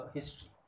History